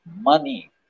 money